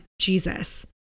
Jesus